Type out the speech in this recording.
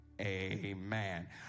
amen